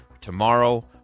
tomorrow